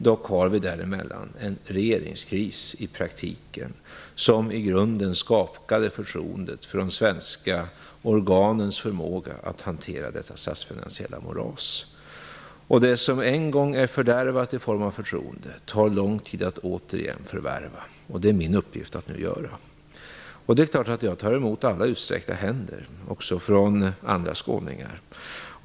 Dock har vi däremellan i praktiken en regeringskris som i grunden skakade förtroendet för de svenska organens förmåga att hantera detta statsfinansiella moras. Det som en gång är fördärvat när det gäller förtroende tar det lång tid att återigen förvärva. Det är min uppgift att nu göra det. Det är klart att jag tar emot alla utsträckta händer, också från andra skåningar.